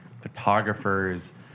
photographers